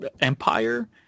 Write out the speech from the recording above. Empire